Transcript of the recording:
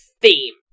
theme